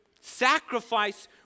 sacrifice